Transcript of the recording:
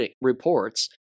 reports